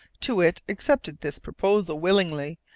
too-wit accepted this proposal willingly,